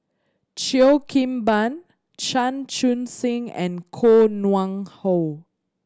Cheo Kim Ban Chan Chun Sing and Koh Nguang How